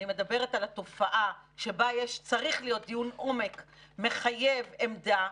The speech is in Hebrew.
אני מדברת על התופעה שבה צריך להיות דיון עומק מחייב עמדה,